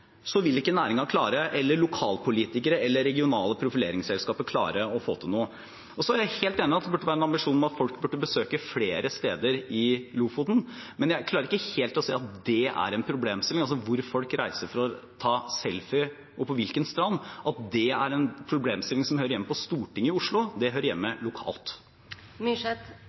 ikke skjer noe nasjonalt, vil ikke næringen, lokalpolitikere eller regionale profileringsselskaper klare å få til noe. Jeg er helt enig i at det burde være en ambisjon at folk burde besøke flere steder i Lofoten, men jeg klarer ikke helt å se at hvor og på hvilken strand folk reiser for å ta selfie, er en problemstilling som hører hjemme på Stortinget i Oslo. Den hører hjemme